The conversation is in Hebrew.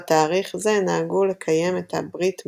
בתאריך זה נהגו לקיים את ה"בריט מאס",